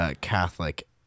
Catholic